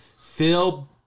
Phil